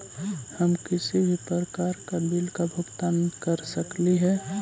हम किसी भी प्रकार का बिल का भुगतान कर सकली हे?